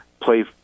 play